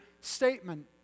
statement